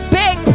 big